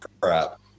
crap